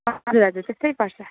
हजुर हजुर त्यस्तै पर्छ